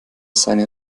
seine